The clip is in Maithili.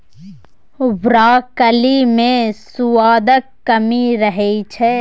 ब्रॉकली मे सुआदक कमी रहै छै